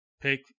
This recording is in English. pick